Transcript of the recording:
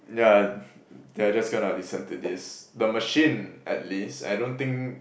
ya they are just gonna listen to this the machine at least I don't think